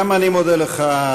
גם אני מודה לך,